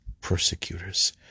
persecutors